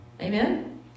Amen